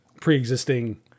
pre-existing